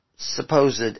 supposed